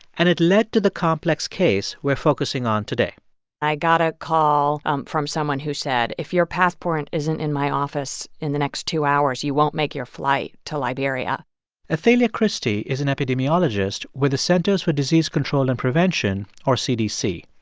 and it led to the complex case we're focusing on today i got a call um from someone who said if your passport isn't in my office in the next two hours, you won't make your flight to liberia athalia christie is an epidemiologist with the centers for disease control and prevention, or cdc.